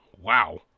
wow